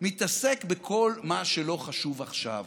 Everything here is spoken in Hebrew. מתעסק בכל מה שלא חשוב עכשיו.